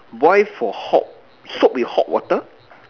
boil for hot soak with hot water